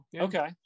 Okay